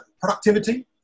productivity